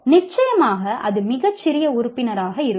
நிச்சயமாக அது மிகச் சிறிய உறுப்பினராக இருக்கும்